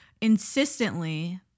insistently